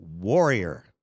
warrior